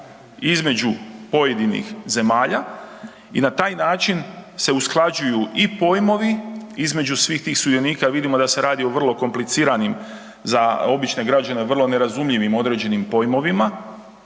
između pojedinih zemalja i na taj način se usklađuju i pojmovi između svih tih sudionika jer vidimo da se radi o vrlo kompliciranim, za obične građane, vrlo nerazumljivim određenim pojmovima,